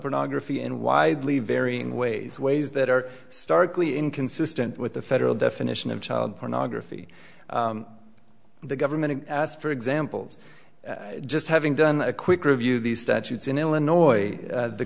pornography in widely varying ways ways that are starkly inconsistent with the federal definition of child pornography the government asked for examples just having done a quick review of these statutes in illinois